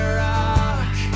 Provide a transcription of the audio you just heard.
rock